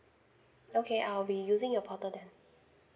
okay I'll be using your portal then